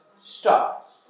stop